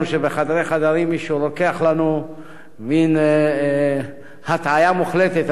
שבחדרי חדרים מישהו רוקח לנו מין הטעיה מוחלטת,